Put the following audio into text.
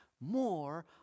more